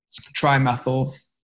trimethyl